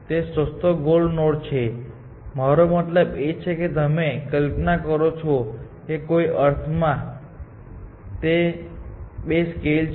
તે સસ્તો ગોલ નોડ છે મારો મતલબ છે કે જો તમે કલ્પના કરો છો કે કોઈક અર્થમાં તે બે સ્કેલ છે